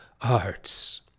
arts